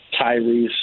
Tyrese